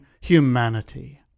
humanity